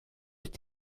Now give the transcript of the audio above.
ist